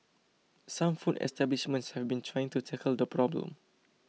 some food establishments have been trying to tackle the problem